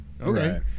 okay